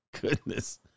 Goodness